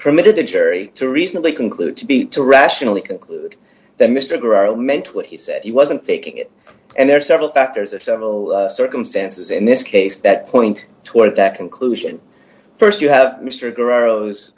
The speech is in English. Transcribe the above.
permitted the jury to reasonably conclude to be to rationally conclude ringback that mr guerrero meant what he said he wasn't faking it and there are several factors of several circumstances in this case that point toward that conclusion st you have mr g